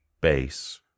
base